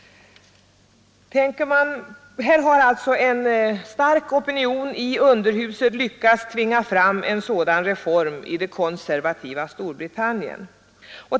Här har alltså en stark opinion i underhuset lyckats tvinga fram en sådan reform i det konservativa Storbritannien.